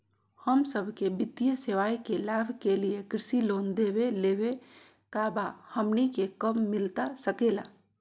हम सबके वित्तीय सेवाएं के लाभ के लिए कृषि लोन देवे लेवे का बा, हमनी के कब मिलता सके ला?